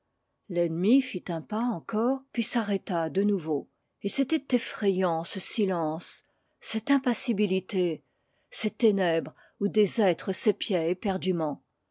l'ennemi fit un pas encore puis s'arrêta de nouveau et c'était effrayant ce silence cette impassibilité ces ténèbres où des êtres s'épiaient éperdument